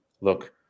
look